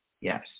Yes